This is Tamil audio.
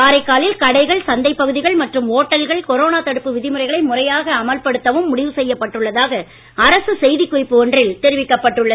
காரைக்காலில் கடைகள் சந்தைப்பகுதிகள் மற்றும் ஓட்டல்களில் கொரோனா தடுப்பு விதிமுறைகளை முறையாக அமல்படுத்தவும் முடிவு செய்யப்பட்டுள்ளதாக செய்திக்குறிப்பு ஒன்றில் அரசு தெரிவிக்கப்பட்டுள்ளது